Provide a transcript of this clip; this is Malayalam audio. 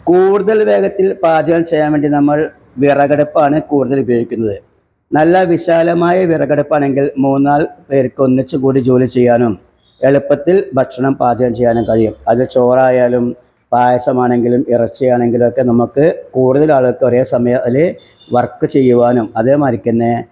കൂടുതൽ വേഗത്തിൽ പാചകം ചെയ്യാൻ വേണ്ടി നമ്മൾ വിറകടുപ്പാണ് കൂടുതൽ ഉപയോഗിക്കുന്നത് നല്ല വിശാലമായ വിറകടുപ്പാണെങ്കിൽ മൂന്നുനാല് പേർക്ക് ഒന്നിച്ച് കൂടി ജോലി ചെയ്യാനും എളുപ്പത്തിൽ ഭക്ഷണം പാചകം ചെയ്യാനും കഴിയും അത് ചോറായാലും പായസമാണെങ്കിലും ഇറച്ചിയാണെങ്കിലൊക്കെ നമുക്ക് കൂടുതൽ ആളുകൾക്ക് ഒരേസമയം അതിൽ വർക്ക് ചെയ്യാനും അതേമാതിരിക്ക് തന്നെ